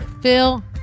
Phil